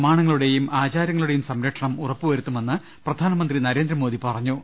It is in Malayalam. സുരേഷ് വിശ്വാസ പ്രമാണങ്ങളുടെയും ആചാരങ്ങളുടെയും സംര ക്ഷണം ഉറപ്പുവരുത്തുമെന്ന് പ്രധാനമന്ത്രി നരേന്ദ്രമോദി പറഞ്ഞു